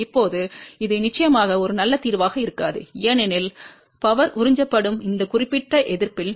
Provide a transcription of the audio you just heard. இப்போது இது நிச்சயமாக ஒரு நல்ல தீர்வாக இருக்காது ஏனெனில் சக்தி உறிஞ்சப்படும் இந்த குறிப்பிட்ட எதிர்ப்பில்